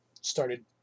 started